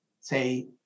say